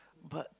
but